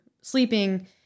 sleeping